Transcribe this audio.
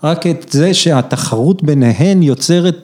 ‫רק את זה שהתחרות ביניהן ‫יוצרת...